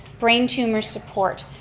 brain tumor support,